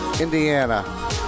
Indiana